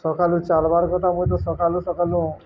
ସକାଳୁ ଚାଲବାର୍ କଥା ମଧ୍ୟ ସକାଳୁ ସକାଲୁ